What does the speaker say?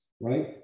right